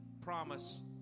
promise